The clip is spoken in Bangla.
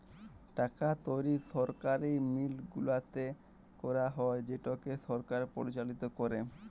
টাকা তৈরি সরকারি মিল্ট গুলাতে ক্যারা হ্যয় যেটকে সরকার পরিচালিত ক্যরে